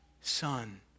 son